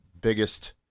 Biggest